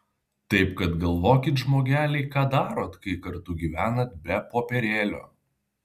taip kad galvokit žmogeliai ką darot kai kartu gyvenat be popierėlio